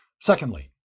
Secondly